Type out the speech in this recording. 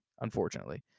unfortunately